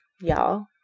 y'all